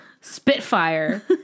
spitfire